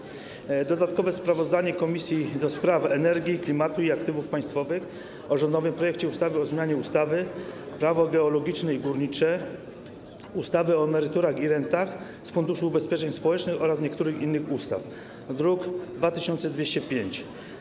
Przedstawiam dodatkowe sprawozdanie Komisji do Spraw Energii, Klimatu i Aktywów Państwowych o rządowym projekcie ustawy o zmianie ustawy - Prawo geologiczne i górnicze, ustawy o emeryturach i rentach z Funduszu Ubezpieczeń Społecznych oraz niektórych innych ustaw, druk nr 2205.